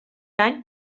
any